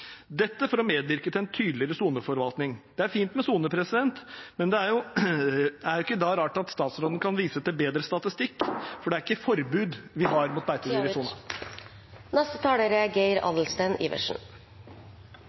dette for å medvirke til en tydeligere soneforvaltning. Det er fint med soner, men det er ikke rart at statsråden kan vise til bedre statistikk , for vi har ikke forbud mot beitedyr i sonen. Tiden er ute. I Finnmark er det en stor økning av både kongeørn og havørn, og det er